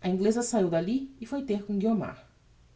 a ingleza saiu d'alli e foi ter com guiomar